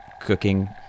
cooking